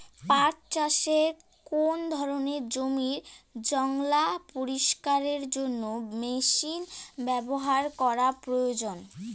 পাট চাষে কোন ধরনের জমির জঞ্জাল পরিষ্কারের জন্য মেশিন ব্যবহার করা প্রয়োজন?